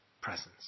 presence